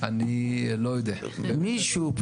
מישהו.